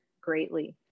greatly